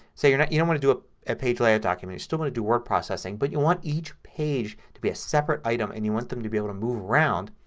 say, you don't you know want to do a page layout document. you still want to do word processing but you want each page to be a separate item and you want them to be able to move around.